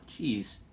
jeez